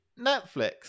Netflix